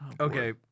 Okay